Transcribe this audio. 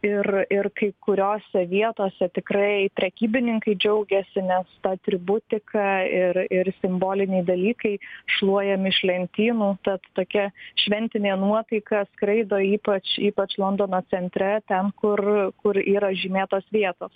ir ir kai kuriose vietose tikrai prekybininkai džiaugiasi nes ta atributika ir ir simboliniai dalykai šluojami iš lentynų tad tokia šventinė nuotaika skraido ypač ypač londono centre ten kur kur yra žymėtos vietos